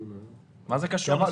מה זה קשור?